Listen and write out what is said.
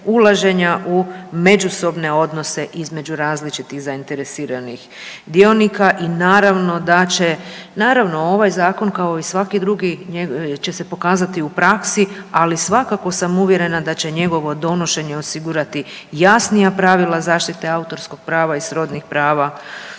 ulaženja u međusobne odnose između različitih zainteresiranih dionika. Naravno ovaj zakon kao i svaki drugi će se pokazati u praksi, ali svakako sam uvjerena da će njegovo donošenje osigurati jasnija pravila zaštite autorskih prava i srodnih prava